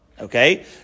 Okay